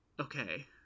Okay